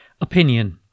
Opinion